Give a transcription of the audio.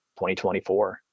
2024